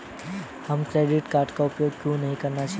हमें credit card का उपयोग क्यों नहीं करना चाहिए?